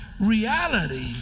reality